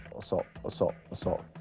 assault, assault, assault,